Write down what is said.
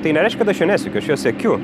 tai nereiškia kad aš jo nesiekiu aš jo siekiu